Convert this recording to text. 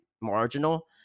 marginal